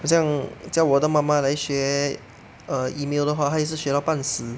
好像叫我的妈妈来学 err email 的话她也是学到半死